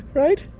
right?